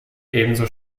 ebenso